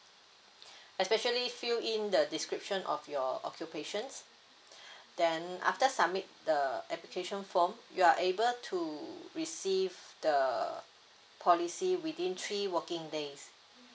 especially fill in the description of your occupation then after submit the application form you are able to receive the policy within three working days